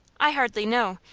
i hardly know.